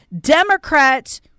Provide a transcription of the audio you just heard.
Democrats